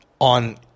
on